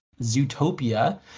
Zootopia